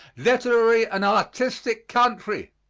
literary and artistic country,